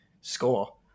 score